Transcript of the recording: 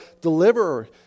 deliverer